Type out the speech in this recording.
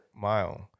mile